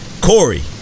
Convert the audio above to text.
Corey